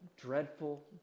dreadful